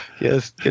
yes